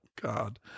God